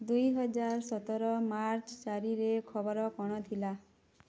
ଦୁଇହଜାର ସତର ମାର୍ଚ୍ଚ ଚାରିରେ ଖବର କ'ଣ ଥିଲା